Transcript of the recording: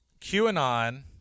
QAnon